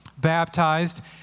Baptized